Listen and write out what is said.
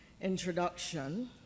introduction